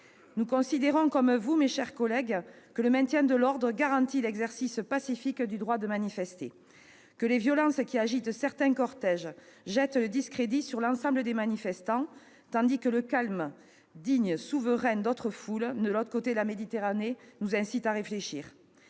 Nous considérons comme vous, mes chers collègues, que le maintien de l'ordre garantit l'exercice pacifique du droit de manifester. Que les violences qui agitent certains cortèges jettent le discrédit sur l'ensemble des manifestants, tandis que d'autres foules, de l'autre côté de la Méditerranée font preuve